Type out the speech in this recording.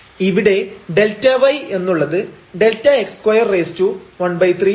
ഇവിടെ Δy എന്നുള്ളത് Δx213 ആവും